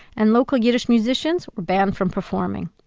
and local yiddish musicians were banned from performing.